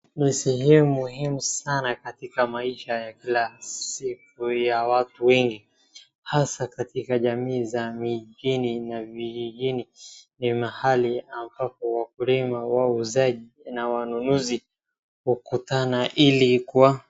Ni sehemu muhimu sana katika maisha ya kila siku ya watu wengi, hasa katika jamii za mijini na vijijini. Ni mahali ambapo wakulima na wanunuzi hukutana ili kua...